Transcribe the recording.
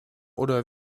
oder